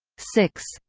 six.